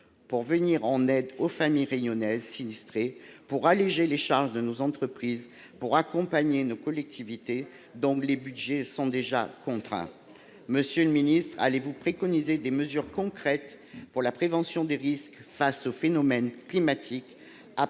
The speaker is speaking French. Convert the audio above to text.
pour venir en aide aux familles réunionnaises sinistrées, pour alléger les charges de nos entreprises et pour accompagner nos collectivités, dont les budgets sont déjà contraints ? Allez vous préconiser des dispositifs concrets de prévention des risques face aux phénomènes climatiques,